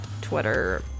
Twitter